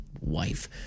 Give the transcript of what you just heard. wife